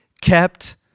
kept